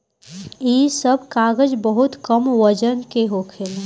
इ सब कागज बहुत कम वजन के होला